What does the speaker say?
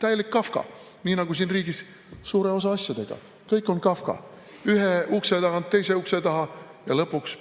Täielik Kafka. Nii nagu siin riigis suure osa asjadega on, kõik on Kafka. Ühe ukse tagant teise ukse taha ja lõpuks